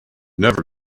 never